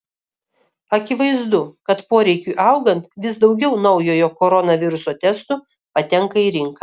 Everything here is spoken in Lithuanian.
akivaizdu kad poreikiui augant vis daugiau naujojo koronaviruso testų patenka į rinką